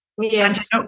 yes